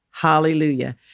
Hallelujah